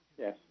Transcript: Yes